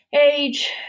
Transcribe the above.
age